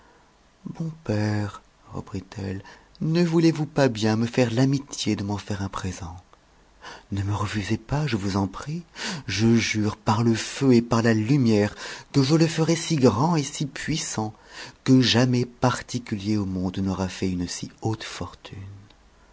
abandonnât père reprit-elle ne voulez-vous pas bien me faire l'amitié de m'en faire un présent ne me refusez pas je vous en prie je jure par le feu et par lumière que je le ferai si grand et si puissant que jamais particulier au monde n'aura fait une si haute fortune